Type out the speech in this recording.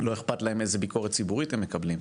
לא אכפת להם, איזו ביקורת ציבורית הם מקבלים,